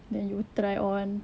then you try on